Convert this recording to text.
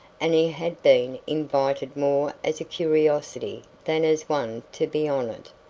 and he had been invited more as a curiosity than as one to be honored.